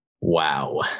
Wow